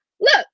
Look